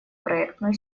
проектную